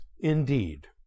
Indeed